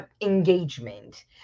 engagement